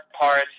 parts